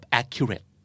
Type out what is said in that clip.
accurate